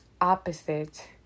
opposite